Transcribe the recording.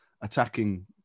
attacking